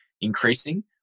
increasing